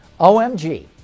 OMG